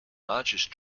largest